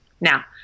Now